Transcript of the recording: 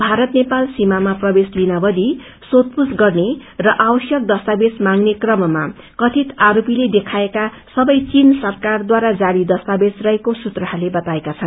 भारत नेपाल सीमामा प्रवेश लिन वधि सोधपुछ गर्ने र आवश्यक दस्तावेज माग्ने क्रममा कथित आरोपीले देखाएका सबै चीन सरकारद्वारा जारी दस्तावेज रहेको सूत्रहरूले बताएका छन्